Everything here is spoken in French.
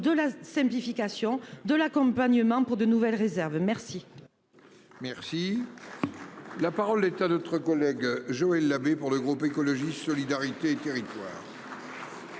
de la simplification de l'accompagnement pour de nouvelles réserves. Merci.